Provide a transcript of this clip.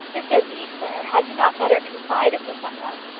if there be, sir, had you not better confide it to some one?